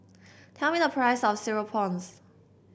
tell me the price of Cereal Prawns